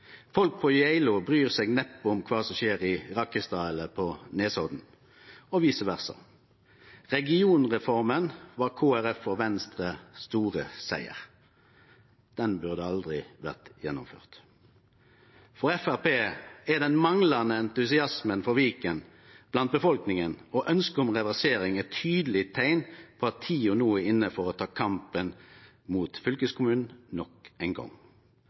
Folk på Geilo bryr seg neppe om kva som skjer i Rakkestad eller på Nesodden, og vice versa. Regionreforma var Kristeleg Folkeparti og Venstre sin store siger. Ho burde aldri ha vore gjennomført. For Framstegspartiet er den manglande entusiasmen for Viken blant befolkninga og ønsket om reversering eit tydeleg teikn på at tida no er inne for å ta kampen mot fylkeskommunen nok ein gong